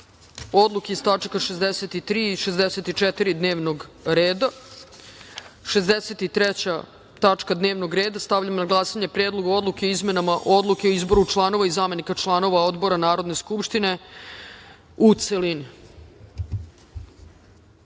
odluke iz tačaka 63. i 64. dnevnog reda. Šezdeset treća tačka dnevnog reda – Stavljam na glasanje Predlog odluke o izmenama odluke o izboru članova i zamenika članova Odbora Narodne skupštine u